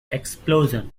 explosion